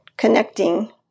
connecting